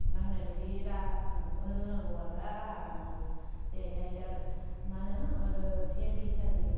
नांनाय बादि राहा होनांगौ होनांगौ बा राहा लानांगौ जेरैहाय दा मा होनो पिएम किसाननि